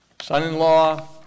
son-in-law